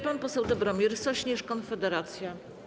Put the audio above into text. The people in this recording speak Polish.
Pan poseł Dobromir Sośnierz, Konfederacja.